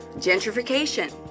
gentrification